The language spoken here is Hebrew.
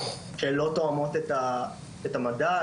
שלא תואמות את המדע,